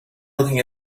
looking